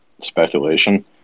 speculation